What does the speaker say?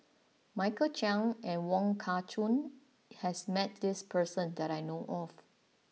Michael Chiang and Wong Kah Chun has met this person that I know of